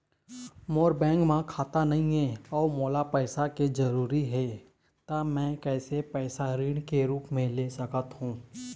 मोर bank म खाता नई हे अउ मोला पैसा के जरूरी हे त मे कैसे पैसा ऋण के रूप म ले सकत हो?